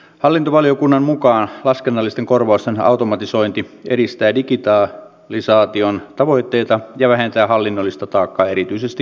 hallintovaliokunnan mukaan laskennallisten korvausten automatisointi edistää digitalisaation tavoitteita ja vähentää hallinnollista taakkaa erityisesti kunnissa